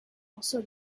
also